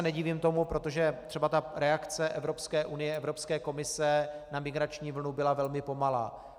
Nedivím se tomu, protože třeba reakce Evropské unie, Evropské komise na migrační vlnu byla velmi pomalá.